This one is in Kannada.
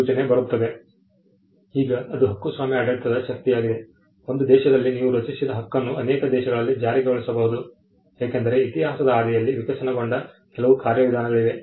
ಈಗ ಅದು ಕೃತಿಸ್ವಾಮ್ಯ ಆಡಳಿತದ ಶಕ್ತಿಯಾಗಿದೆ ಒಂದು ದೇಶದಲ್ಲಿ ನೀವು ರಚಿಸಿದ ಹಕ್ಕನ್ನು ಅನೇಕ ದೇಶಗಳಲ್ಲಿ ಜಾರಿಗೊಳಿಸಬಹುದು ಏಕೆಂದರೆ ಇತಿಹಾಸದ ಹಾದಿಯಲ್ಲಿ ವಿಕಸನಗೊಂಡ ಕೆಲವು ಕಾರ್ಯವಿಧಾನಗಳಾಗಿವೆ